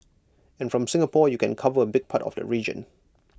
and from Singapore you can cover A big part of the region